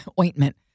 ointment